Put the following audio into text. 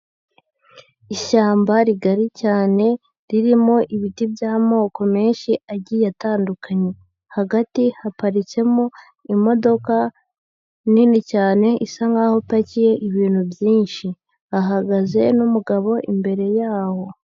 Ishyamba rigari cyane ririmo ibiti by'amoko menshi agiye atandukanye, hagati haparitsemo imodoka nini cyane isa nkaho ipakiye ibintu byinshi, hahagaze n'umugabo imbere yaho.